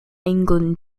england